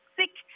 sick